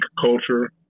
culture